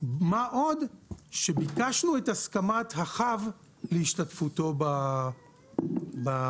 מה עוד שביקשנו את הסכמת החב להשתתפותו בפיקוח.